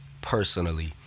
personally